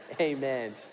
amen